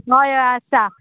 हय हय आसा